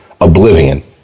oblivion